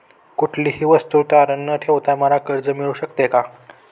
कुठलीही वस्तू तारण न ठेवता मला कर्ज मिळू शकते का?